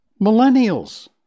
Millennials